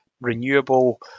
renewable